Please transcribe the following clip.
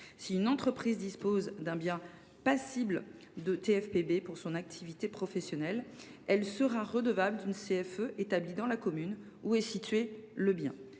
Si une entreprise dispose d’un bien soumis à la TFPB pour son activité professionnelle, elle sera redevable d’une CFE établie dans la commune où est situé le bien.